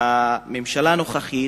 שהממשלה הנוכחית,